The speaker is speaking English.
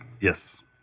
Yes